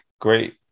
great